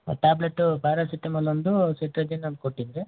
ಆ tablet paracetamol ಒಂದು cetirizine ಒಂದ್ ಕೊಟ್ಟಿದ್ರಿ